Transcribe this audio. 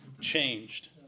changed